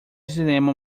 cinema